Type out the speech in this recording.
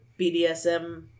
BDSM